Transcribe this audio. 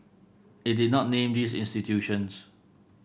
it did not name these institutions